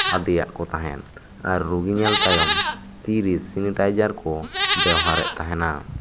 ᱟᱫᱮᱭᱟᱜ ᱠᱚ ᱛᱟᱦᱮᱸᱜ ᱟᱨ ᱨᱩᱜᱤ ᱧᱮᱞ ᱛᱟᱭᱚᱢ ᱛᱤᱨᱮ ᱥᱮᱱᱤᱴᱟᱭᱡᱟᱨ ᱠᱚ ᱵᱮᱣᱦᱟᱨᱮᱫ ᱛᱟᱦᱮᱱᱟ